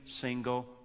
single